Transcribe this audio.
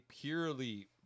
purely